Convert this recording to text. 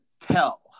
tell